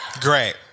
Great